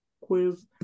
quiz